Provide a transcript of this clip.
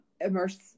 immerse